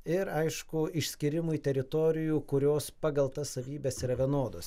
ir aišku išskyrimui teritorijų kurios pagal tas savybes yra vienodos